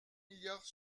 milliards